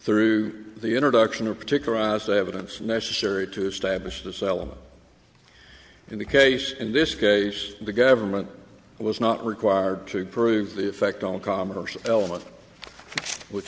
through the introduction of particularized evidence necessary to establish this element in the case in this case the government was not required to prove the effect on commerce element which